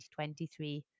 2023